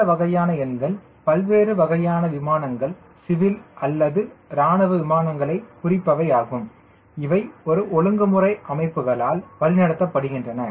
இந்த வகையான எண்கள் பல்வேறு வகையான விமானங்கள் சிவில் அல்லது இராணுவ விமானங்களை குறிப்பவை ஆகும் இவை ஒரு ஒழுங்குமுறை அமைப்புகளால் வழிநடத்தப்படுகின்றன